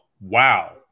wow